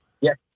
yes